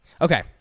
Okay